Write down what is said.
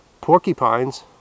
porcupines